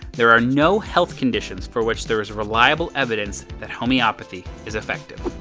there are no health conditions for which there is reliable evidence that homeopathy is effective.